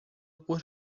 por